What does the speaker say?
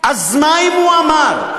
אז מה אם הוא אמר?